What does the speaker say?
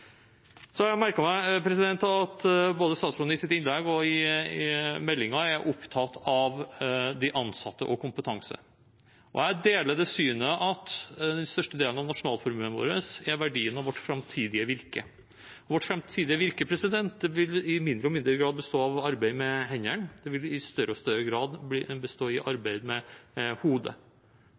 Så har jeg merket meg at statsråden både i sitt innlegg og i meldingen er opptatt av de ansatte og kompetanse. Jeg deler det synet at den største delen av nasjonalformuen vår er verdien av vårt framtidige virke. Vårt framtidige virke vil i mindre og mindre grad bestå av arbeid med hendene, det vil i større og større grad bestå av arbeid med hodet.